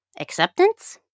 Acceptance